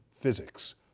physics